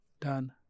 done